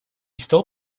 still